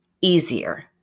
easier